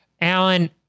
Alan